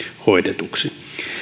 hoidetuksi